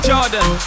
Jordan